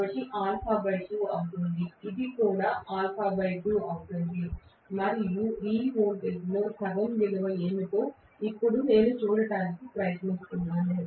కాబట్టి ఇది α2 అవుతుంది ఇది కూడా α2 అవుతుంది మరియు ఈ వోల్టేజ్లో సగం విలువ ఏమిటో ఇప్పుడు నేను చూడటానికి ప్రయత్నిస్తున్నాను